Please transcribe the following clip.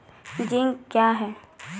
Zinc क्या हैं?